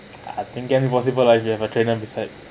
I think can be possible lah if we have a trainer beside